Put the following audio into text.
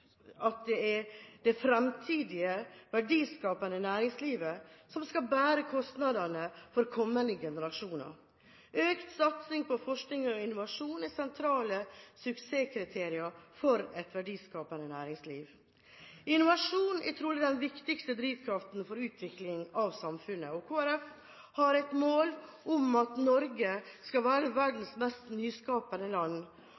verdiskapende næringslivet som skal bære kostnadene for kommende generasjoner. Økt satsing på forskning og innovasjon er sentrale suksesskriterier for et verdiskapende næringsliv. Innovasjon er trolig den viktigste drivkraften for utvikling av samfunnet. Kristelig Folkeparti har et mål om at Norge skal være verdens mest nyskapende land,